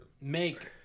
make